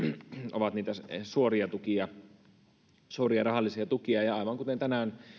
ovat niitä suoria rahallisia tukia aivan kuten tänään